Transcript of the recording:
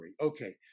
Okay